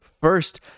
first